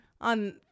on